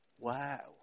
wow